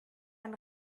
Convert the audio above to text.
ein